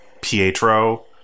Pietro